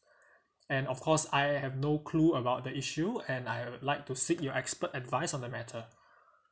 and of course I have no clue about the issue and I would like to seek your expert advice on the matter